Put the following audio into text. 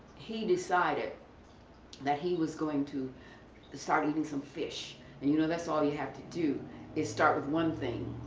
he decided that he was going to to start eating some fish. and you know that's all he had to do is start with one thing,